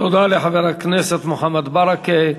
תודה לחבר הכנסת מוחמד ברכה.